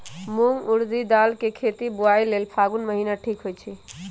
मूंग ऊरडी दाल कें खेती बोआई लेल फागुन महीना ठीक होई छै